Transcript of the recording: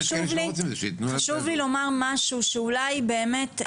חשוב לי לומר משהו שאולי באמת,